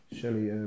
Shelly